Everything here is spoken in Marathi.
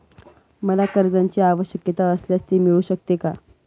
मला कर्जांची आवश्यकता असल्यास ते मिळू शकते का?